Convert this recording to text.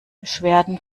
beschwerden